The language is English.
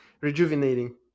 rejuvenating